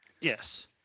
Yes